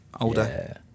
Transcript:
Older